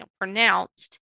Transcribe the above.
pronounced